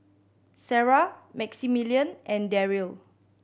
Sarrah Maximilian and Darryl